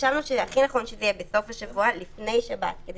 חשבנו שהכי נכון שזה יהיה בסוף השבוע לפני שבת כדי